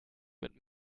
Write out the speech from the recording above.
mit